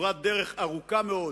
כברת דרך ארוכה מאוד